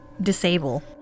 disable